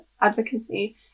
advocacy